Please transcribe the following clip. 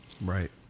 Right